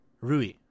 Rui